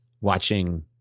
watching